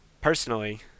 Personally